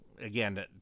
again